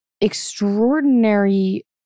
extraordinary